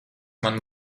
man